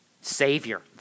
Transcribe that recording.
Savior